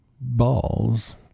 Balls